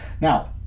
Now